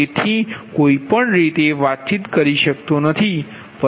તેથી કોઈપણ રીતે વાતચીત કરી શકતો નથી